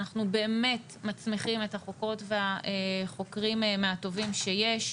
אנחנו באמת מצמיחים את החוקרות והחוקרים מהטובים שיש.